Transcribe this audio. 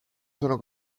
sono